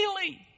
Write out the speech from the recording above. daily